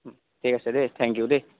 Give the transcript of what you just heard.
ঠিক আছে দেই থেংক ইউ দেই